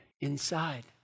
inside